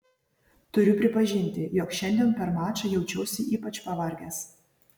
turiu pripažinti jog šiandien per mačą jaučiausi ypač pavargęs